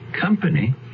Company